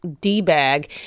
D-bag